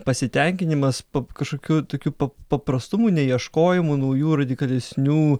pasitenkinimas kažkokiu tokiu paprastumu neieškojimu naujų radikalesnių